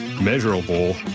measurable